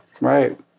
Right